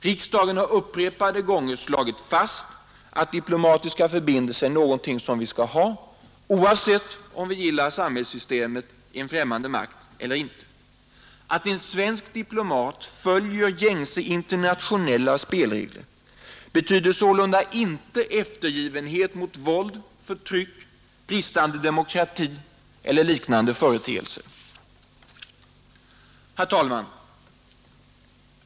Riksdagen har upprepade gånger slagit fast att diplomatiska förbindelser är något som vi skall ha, oavsett om vi gillar samhällssystemet i en främmande makt eller inte. Att en svensk diplomat följer gängse internationella spelregler betyder sålunda inte eftergivenhet mot våld, förtryck, bristande demokrati eller liknande företeelser.